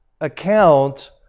account